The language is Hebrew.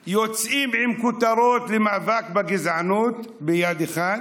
יוצאים עם כותרות למאבק בגזענות ביד אחת,